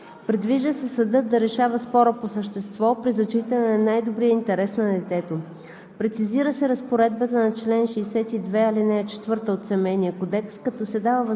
в едногодишен срок от узнаването им, но не по-късно от навършване на пълнолетие на детето. Предвижда се съдът да решава спора по същество при зачитане на най-добрия интерес на детето.